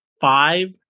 five